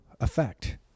effect